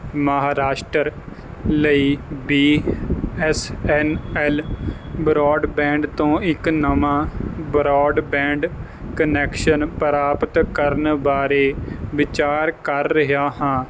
ਮਹਾਂਰਾਸ਼ਟਰ ਲਈ B S N L broadband ਤੋਂ ਇੱਕ ਨਵਾਂ ਬ੍ਰੋਡਬੈਂਡ ਕਨੈਕਸ਼ਨ ਪ੍ਰਾਪਤ ਕਰਨ ਬਾਰੇ ਵਿਚਾਰ ਕਰ ਰਿਹਾ ਹਾਂ